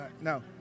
no